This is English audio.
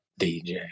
DJ